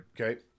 Okay